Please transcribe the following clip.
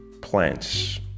plants